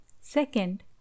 Second